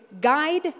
guide